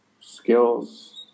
skills